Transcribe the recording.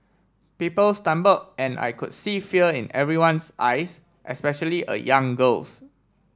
people stumble and I could see fear in everyone's eyes especially a young girl's